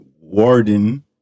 Warden